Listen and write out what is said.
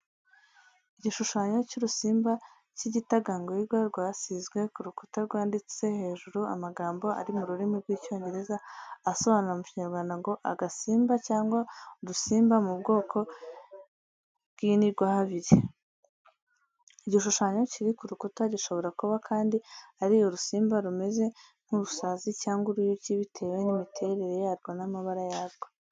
igishushanyo cy’urusimba cy'igitagangurirwa rwasizwe ku rukuta rwanditse hejuru amagambo ari mu rurimi rw'icyongereza asobanura mu kinyarwanda ngo agasimba cyangwa udusimba mu bwoko bw’inigwahabiri. Igishushanyo kiri ku rukuta gishobora kuba kandi ari urusimba rumeze nk’urusazi cyangwa uruyuki bitewe n’imiterere yarwo n’amababa yaryo.